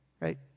Right